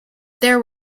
there